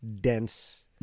dense